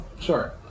Sure